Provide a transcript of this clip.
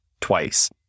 twice